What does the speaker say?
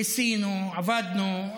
ניסינו, עבדנו,